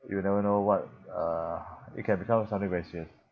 you never know what uh it can become suddenly very serious